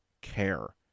care